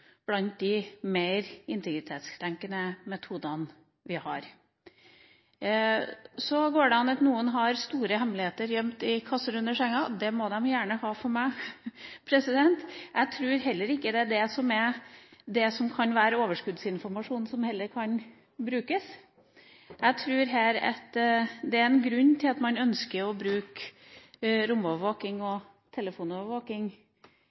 blant de mer integritetskrenkende metodene vi har. Det kan være at noen har store hemmeligheter gjemt i kasser under senga. Det må de gjerne ha for meg. Jeg tror heller ikke det er det som kan være overskuddsinformasjon som kan brukes. Jeg tror det er en grunn til at man ønsker å bruke romovervåking